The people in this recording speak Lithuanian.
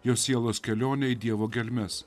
jos sielos kelionę į dievo gelmes